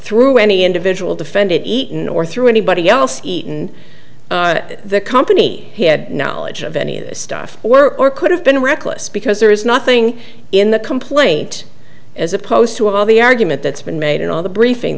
through any individual defended eton or through anybody else eaten the company had knowledge of any of this stuff or or could have been reckless because there is nothing in the complaint as opposed to all the argument that's been made in all the briefing